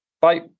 Bye